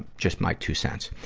just my two cents.